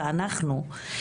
ואנחנו,